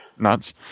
Nuts